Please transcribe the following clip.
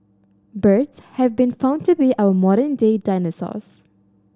birds have been found to be our modern day dinosaurs